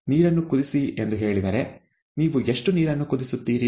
ನೀರನ್ನು ಕುದಿಸಿ ಎಂದು ಹೇಳಿದರೆ ನೀವು ಎಷ್ಟು ನೀರನ್ನು ಕುದಿಸುತ್ತೀರಿ